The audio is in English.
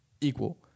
equal